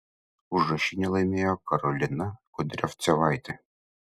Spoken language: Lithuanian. užrašinę laimėjo karolina kudriavcevaitė